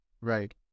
right